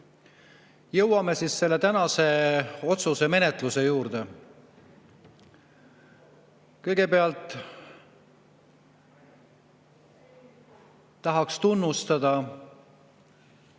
jõuame selle tänase otsuse menetluse juurde. Kõigepealt tahaks tunnustada